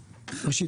רבה.